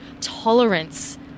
tolerance